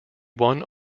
won